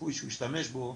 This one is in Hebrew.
והסיכוי שהוא ישתמש בו,